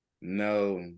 No